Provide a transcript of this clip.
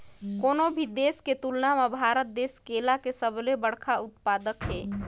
कोनो भी देश के तुलना म भारत देश केला के सबले बड़खा उत्पादक हे